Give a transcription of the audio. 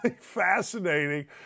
fascinating